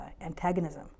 antagonism